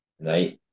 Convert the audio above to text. right